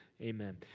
amen